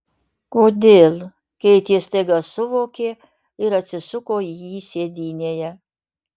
kodėl keitė staiga suvokė ir atsisuko į jį sėdynėje